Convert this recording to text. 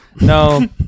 No